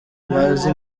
bazi